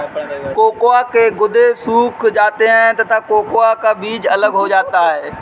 cocoa के गुदे सूख जाते हैं तथा कोकोआ का बीज अलग हो जाता है